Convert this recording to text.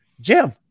Jim